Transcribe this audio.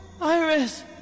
Iris